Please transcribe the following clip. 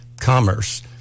commerce